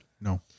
no